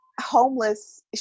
homeless